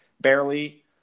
barely